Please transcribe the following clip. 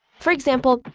for example,